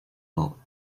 lot